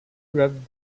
wrapped